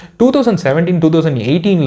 2017-2018